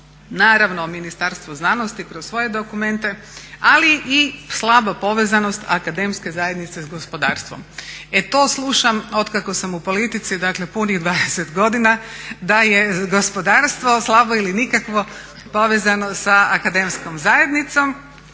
Naravno Ministarstvo znanosti kroz svoje dokumente, ali i slaba povezanost akademske zajednice sa gospodarstvom. E to slušam od kako sam u politici, dakle punih 20 godina da je gospodarstvo slabo ili nikakvo povezano sa akademskom zajednicom,